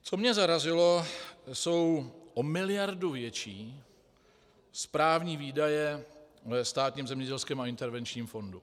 Co mě zarazilo, jsou o miliardu větší správní výdaje ve Státním zemědělském a intervenčním fondu.